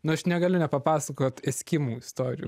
nu aš negaliu nepapasakot eskimų istorijų